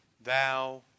thou